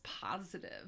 positive